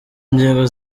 ngingo